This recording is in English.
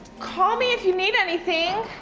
call me if you need anything!